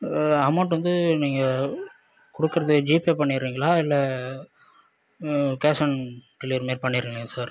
amount வந்து நீங்கள் கொடுக்கறத ஜிபே பண்ணிடுறீங்களா இல்லை கேஷ் ஆன் டெலிவரி மாரி பண்ணிடுறீங்களா சார்